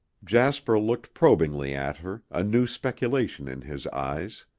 jasper looked probingly at her, a new speculation in his eyes.